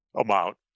amount